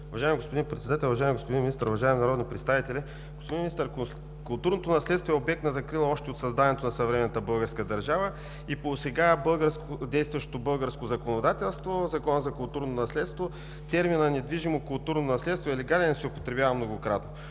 Уважаеми господин Председател, уважаеми господин Министър, уважаеми народни представители! Господин Министър, културното наследство е обект на закрила още от създаването на съвременната българска държава и по сега действащото българско законодателство – Законът за културното наследство, терминът „културно наследство“ е легален и се употребява многократно.